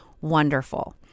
wonderful